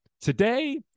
today